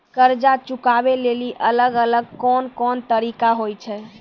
कर्जा चुकाबै लेली अलग अलग कोन कोन तरिका होय छै?